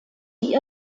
die